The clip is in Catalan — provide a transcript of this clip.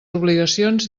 obligacions